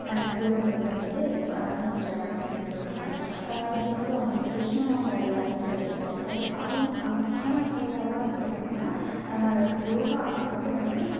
யோகாவெல்லாம் வந்துவிட்டு செஞ்சிவிட்டு வராங்க அப்படின்னு சொல்லுறாங்க அதுக்கப்புறோம் வந்துவிட்டு கிருஷ்ணமாச்சாரியா அப்படின் சொல்லிட்டு இருப்பார் அவர் அவங்க கிருஷ்ணமாச்சாரியா எல்லாம் வந்துவிட்டு பார்த்தோம்னா யோகா அதாவது வந்துவிட்டு